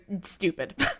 stupid